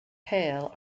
pale